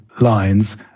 lines